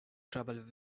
trouble